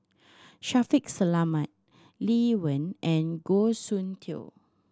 Shaffiq Selamat Lee Wen and Goh Soon Tioe